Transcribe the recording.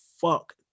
fuck